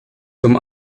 zum